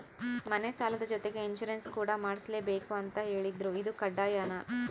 ಮನೆ ಸಾಲದ ಜೊತೆಗೆ ಇನ್ಸುರೆನ್ಸ್ ಕೂಡ ಮಾಡ್ಸಲೇಬೇಕು ಅಂತ ಹೇಳಿದ್ರು ಇದು ಕಡ್ಡಾಯನಾ?